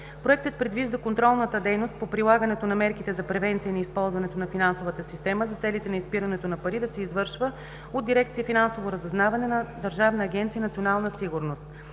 Проектът предвижда контролната дейност по прилагането на мерките за превенция на използването на финансовата система за целите на изпирането на пари да се извършва от дирекция „Финансово разузнаване“ на Държавна агенция „Национална сигурност“.